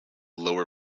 lower